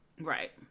Right